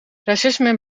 racisme